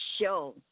show